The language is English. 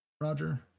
Roger